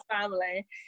family